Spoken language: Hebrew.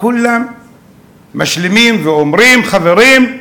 כולם משלימים ואומרים: חברים,